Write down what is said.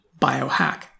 biohack